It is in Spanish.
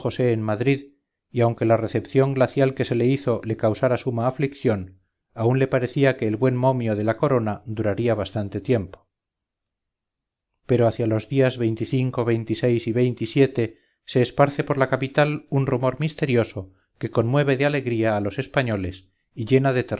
en madrid y aunque la recepción glacial que se le hizo le causara suma aflicción aún le parecía que el buen momio de la corona duraría bastante tiempo pero hacia los días y se esparce por la capital un rumor misterioso que conmueve de alegríaa los españoles y llena de